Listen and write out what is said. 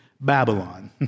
Babylon